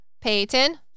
Peyton